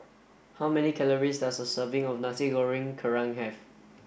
how many calories does a serving of Nasi Goreng Kerang have